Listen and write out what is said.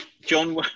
John